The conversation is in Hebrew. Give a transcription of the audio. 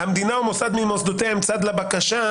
"המדינה או מוסד ממוסדותיה הם צד לבקשה"